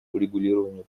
урегулированию